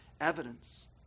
evidence